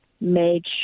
made